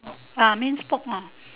ah mince pork ah